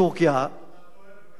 אתה טועה בגדול,